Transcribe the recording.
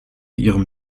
ihrem